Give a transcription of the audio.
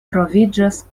troviĝas